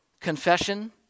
confession